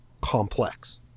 complex